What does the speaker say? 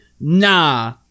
nah